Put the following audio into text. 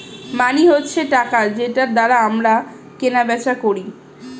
মানি হচ্ছে টাকা যেটার দ্বারা আমরা কেনা বেচা করি